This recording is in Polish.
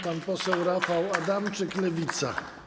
Pan poseł Rafał Adamczyk, Lewica.